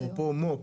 אפרופו מו"פ,